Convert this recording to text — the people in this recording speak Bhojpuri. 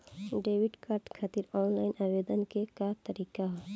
डेबिट कार्ड खातिर आन लाइन आवेदन के का तरीकि ह?